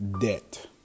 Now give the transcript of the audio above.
debt